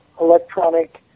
electronic